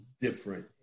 different